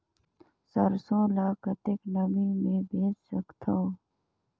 सरसो ल कतेक नमी मे बेच सकथव?